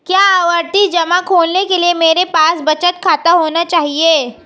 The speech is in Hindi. क्या आवर्ती जमा खोलने के लिए मेरे पास बचत खाता होना चाहिए?